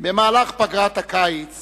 בפגרת הקיץ